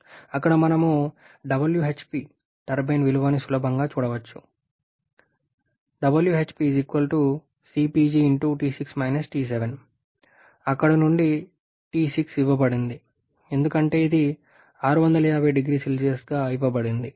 కాబట్టి అక్కడ మనం WHP టర్బైన్ విలువని సులభంగా వ్రాయవచ్చు అక్కడ నుండి T6 ఇవ్వబడింది ఎందుకంటే ఇది 650 0C గా ఇవ్వబడింది